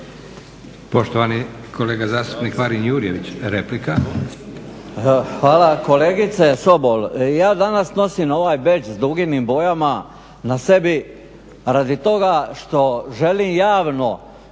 Poštovani kolega zastupnik Marin Jurjević, replika. **Jurjević, Marin (SDP)** Hvala. Kolegice Sobol, ja danas nosim ova bedž s duginim bojama na sebi radi toga što želim javno